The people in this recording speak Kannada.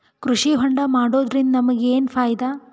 ಕೃಷಿ ಹೋಂಡಾ ಮಾಡೋದ್ರಿಂದ ನಮಗ ಏನ್ ಫಾಯಿದಾ?